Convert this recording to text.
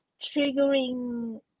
triggering